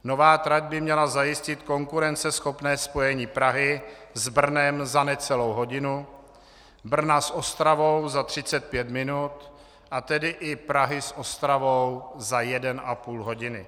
Nová trať by měla zajistit konkurenceschopné spojení Prahy s Brnem za necelou hodinu, Brna s Ostravou za 35 minut, a tedy i Prahy s Ostravou za 1,5 hodiny.